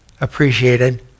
appreciated